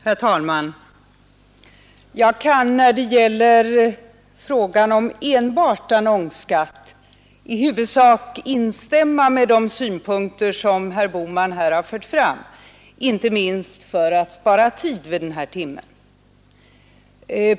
Herr talman! Jag kan när det gäller frågan om enbart annonsskatt i huvudsak instämma i de synpunkter som herr Bohman här har fört fram, inte minst för att spara tid vid den här timmen.